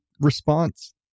response